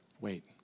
wait